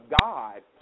God